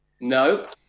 No